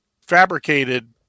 fabricated